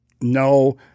no